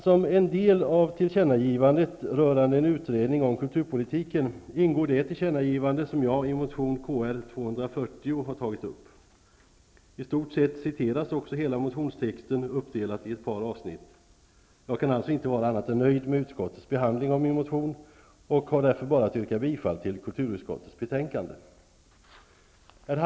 Som en del av tillkännagivandet rörande en utredning om kulturpolitiken ingår det tillkännagivande som jag i motion Kr240 har tagit upp. I stort sett hela motionstexten citeras uppdelad i ett par avsnitt. Jag kan alltså inte vara annat än nöjd med utskottets behandling av min motion, och jag har därför bara att yrka bifall till hemställan i kulturutskottets betänkanden.